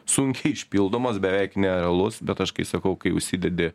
sunkiai išpildomas beveik nerealus bet aš kai sakau kai užsidedi